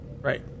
Right